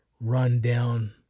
run-down